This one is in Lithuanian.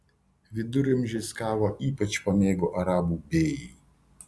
viduramžiais kavą ypač pamėgo arabų bėjai